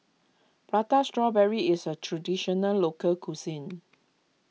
Prata Strawberry is a Traditional Local Cuisine